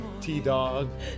T-Dog